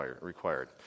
required